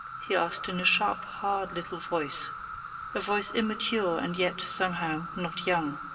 he asked in a sharp, hard little voice a voice immature and yet, somehow, not young.